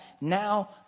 now